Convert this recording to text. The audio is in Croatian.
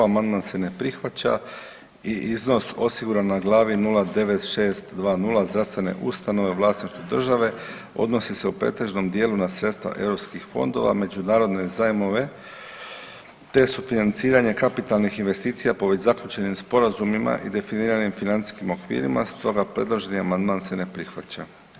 Amandman se ne prihvaća i iznos osiguran na glavi 09620 zdravstvene ustanove u vlasništvu Države odnose se u pretežnom dijelu na sredstva Europskih fondova, međunarodne zajmove, te su financiranje kapitalnih investicija po već zaključenim sporazumima i definiranim financijskim okvirima, stoga predloženi amandman se ne prihvaća.